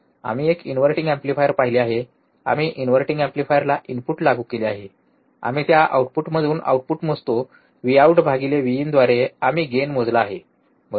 आम्ही एक inverting amplifier पाहिले आहे आम्ही इनव्हर्टींग एम्प्लीफायरला इनपुट लागू केले आहे आम्ही त्या आउटपुटमधून आउटपुट मोजतो व्हीआऊट भागिले व्हीइन द्वारे आम्ही गेन मोजला आहे बरोबर